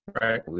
right